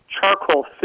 charcoal